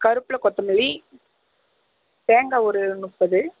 கருவப்பில கொத்தமல்லி தேங்காய் ஒரு முப்பது